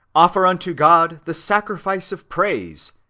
offer unto god the sacrifice of praise,